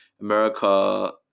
America